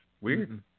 Weird